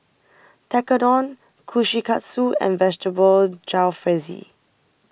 Tekkadon Kushikatsu and Vegetable Jalfrezi